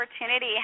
opportunity